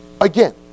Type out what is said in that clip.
again